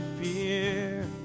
fear